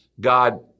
God